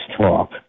talk